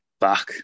back